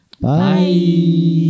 Bye